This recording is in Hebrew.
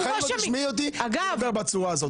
בחיים לא תשמעי אותי מדבר בצורה הזאת.